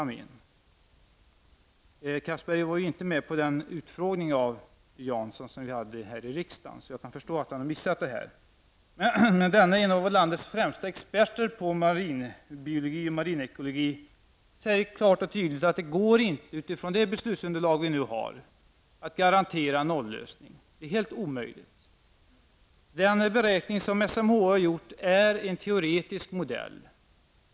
Anders Castberger var inte med vid den utfrågning här i riksdagen då Bengt-Owe Jansson var med. Därför kan jag förstå att Anders Castberger har missat detta. Bengt-Owe Jansson är i alla fall en av landets främsta experter på marin biologi och marin ekologi, och han säger klart och tydligt att det inte går att utifrån det beslutsunderlag som vi nu har garantera en nollösning. Detta är helt omöjligt. Den beräkning som SMHI har gjort är en teoretisk modell.